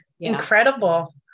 incredible